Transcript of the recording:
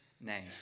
name